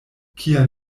kia